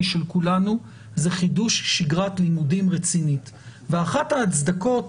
של כולנו זה חידוש שגרת לימודים רצינית ואחת ההצדקות